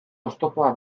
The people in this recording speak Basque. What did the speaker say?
oztopoa